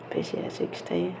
फैसायासो खिन्थायो